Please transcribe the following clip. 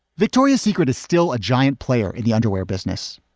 victoria's secret is still a giant player in the underwear business.